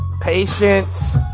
patience